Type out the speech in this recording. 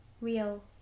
real